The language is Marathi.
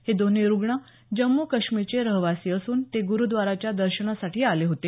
हे दोन्ही रूग्ण जम्मू काश्मीरचे रहिवासी असून ते गुरूद्वाराच्या दर्शनासाठी आले होते